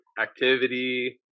Activity